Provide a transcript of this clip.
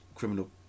criminal